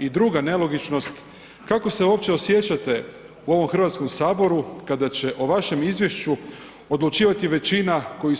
I druga nelogičnost, kako se uopće osjećate u ovom Hrvatskom saboru, kada će o vašem izvješću odlučivati većina koje